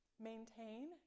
maintain